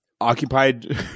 occupied